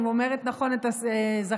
אם אומרת נכון את הזכר-נקבה,